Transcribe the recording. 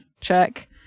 check